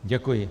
Děkuji.